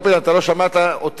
אתה לא שמעת אותי,